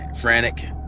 frantic